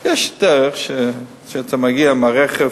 יש דרך שאתה מגיע עם הרכב,